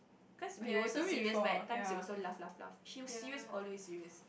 cause we also serious but at times we also laugh laugh laugh she would serious all the way serious